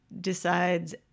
decides